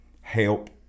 help